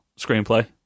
Screenplay